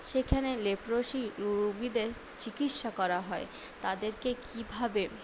সেখানে লেপ্রোসি রুগীদের চিকিৎসা করা হয় তাদেরকে কীভাবে